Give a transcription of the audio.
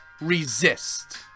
resist